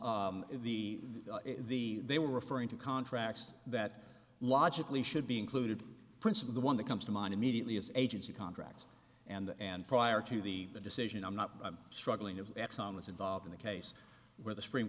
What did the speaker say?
e the they were referring to contracts that logically should be included prince of the one that comes to mind immediately is agency contracts and and prior to the decision i'm not struggling of exxon was involved in a case where the supreme